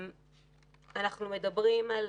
אנחנו מדברים על